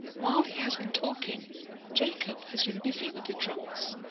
while he has been talking jacob has been busy with the trunks,